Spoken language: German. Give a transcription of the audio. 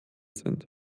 sind